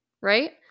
Right